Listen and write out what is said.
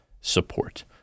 support